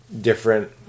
different